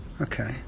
Okay